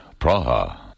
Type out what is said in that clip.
Praha